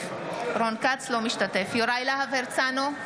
משתתף בהצבעה יוראי להב הרצנו,